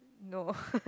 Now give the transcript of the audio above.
no